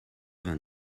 vingt